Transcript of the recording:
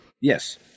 Yes